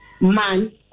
man